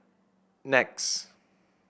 Nex